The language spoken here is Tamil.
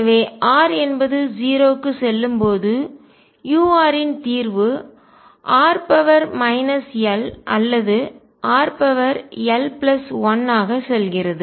எனவே r என்பது 0 க்கு செல்லும்போது u யின் தீர்வு r l அல்லது rl1ஆக செல்கிறது